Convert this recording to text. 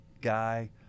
guy